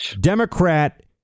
Democrat